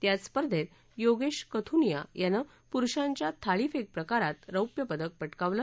याच स्पर्धेत योगेश कथुनिया यानं पुरुषांच्या थाळीफेक प्रकारात रौप्यपदक पकावलं